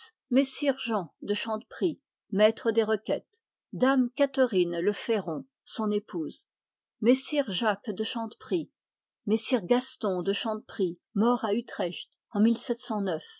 messire jean de chanteprie maître des requêtes dame catherine le féron son épouse messire jacques de chanteprie messire gaston de chanteprie mort à utrecht en